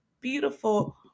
beautiful